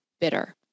bitter